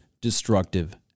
destructive